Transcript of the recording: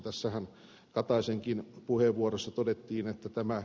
tässähän kataisenkin puheenvuorossa todettiin että tämä